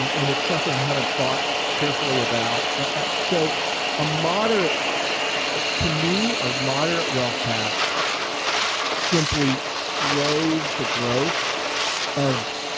um and it's something i haven't thought carefully about. ah so a moderate to me, a moderate wealth tax simply slows the growth of